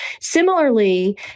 Similarly